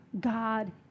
God